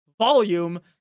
volume